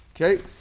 Okay